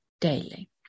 daily